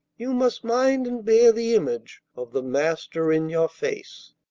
you must mind and bear the image of the master in your face.